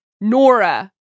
Nora